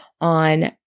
on